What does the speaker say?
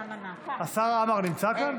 השר עמאר נמצא כאן?